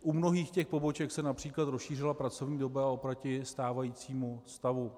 U mnohých poboček se například rozšířila pracovní doba oproti stávajícímu stavu.